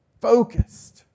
focused